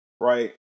right